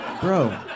Bro